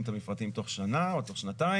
את המפרטים תוך שנה או תוך שנתיים.